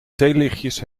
theelichtjes